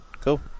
cool